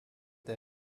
der